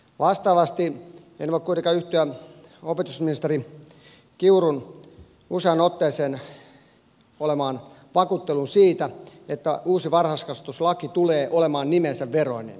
vastaavasti en voi kuitenkaan yhtyä opetusministeri kiurun useaan otteeseen esittämään vakuutteluun siitä että uusi varhaiskasvatuslaki tulee olemaan nimensä veroinen